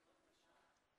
היום ז' בסיוון התשע"ו,